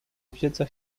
wiedza